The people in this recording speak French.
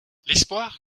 l’espoir